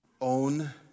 own